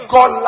God